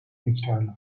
tekrarladı